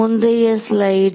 முந்தைய ஸ்லைடு